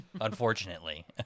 Unfortunately